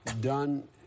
done